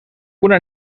una